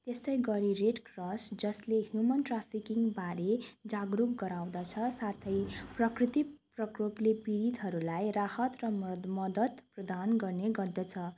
यस्तै गरी Red Cross जसले ह्युमन ट्राफिकिङबारे जागरुक गराउँदछ साथै प्राकृतिक प्रकोपले पीडितहरूलाई राहत र मर्द मद्दत प्रदान गर्ने गर्दछ